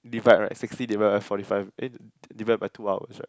divide right sixty divide by forty five eh divide by two hour right